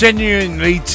Genuinely